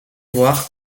voir